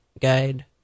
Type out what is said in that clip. guide